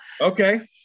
Okay